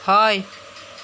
হয়